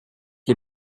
les